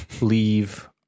leave